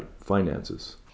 finances